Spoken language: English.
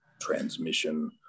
transmission